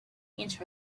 inch